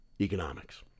economics